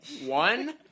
One